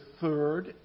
third